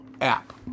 app